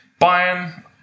Bayern